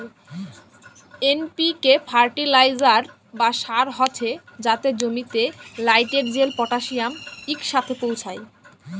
NPK fertiliser বা সার হছে যাতে জমিতে লাইটেরজেল, পটাশিয়াম ইকসাথে পৌঁছায়